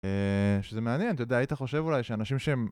שזה מעניין, אתה יודע, היית חושב אולי שאנשים שהם...